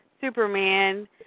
Superman